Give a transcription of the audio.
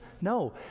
No